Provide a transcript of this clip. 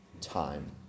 time